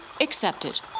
accepted